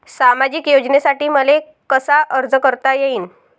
सामाजिक योजनेसाठी मले कसा अर्ज करता येईन?